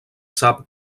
sap